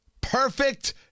Perfect